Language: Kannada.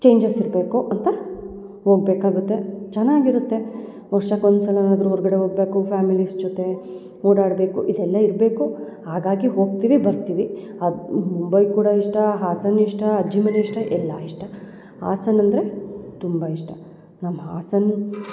ಚೇಂಜಸ್ ಇರಬೇಕು ಅಂತ ಹೋಗ್ಬೇಕಾಗುತ್ತೆ ಚೆನ್ನಾಗಿರುತ್ತೆ ವರ್ಷಕ್ಕೆ ಒಂದು ಸಲನಾದರೂ ಹೊರ್ಗಡೆ ಹೋಗ್ಬೇಕು ಫ್ಯಾಮಿಲೀಸ್ ಜೊತೆ ಓಡಾಡಬೇಕು ಇದೆಲ್ಲ ಇರಬೇಕು ಹಾಗಾಗಿ ಹೋಗ್ತೀವಿ ಬರ್ತೀವಿ ಅದು ಮುಂಬೈ ಕೂಡ ಇಷ್ಟ ಹಾಸನ ಇಷ್ಟ ಅಜ್ಜಿ ಮನೆ ಇಷ್ಟ ಎಲ್ಲ ಇಷ್ಟ ಹಾಸನ ಅಂದರೆ ತುಂಬ ಇಷ್ಟ ನಮ್ಮ ಹಾಸನ